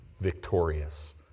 victorious